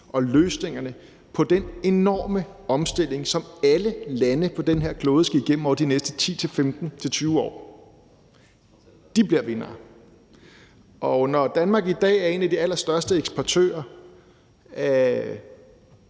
og løsningerne på den enorme omstilling, som alle lande på den her klode skal igennem over de næste 10-15-20 år, bliver vindere. Og når Danmark i dag er en af de allerstørste eksportører af